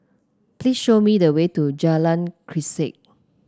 please show me the way to Jalan Grisek